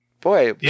Boy